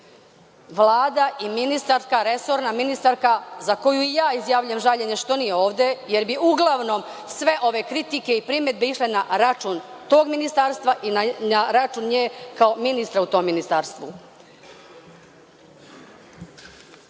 Vlada i resorna ministarka za koju ja izjavljujem žaljenje što nije ovde, jer bi uglavnom sve ove kritike i primedbe išle na račun tog ministarstva i na račun nje kao ministarke u tom ministarstvu.Zašto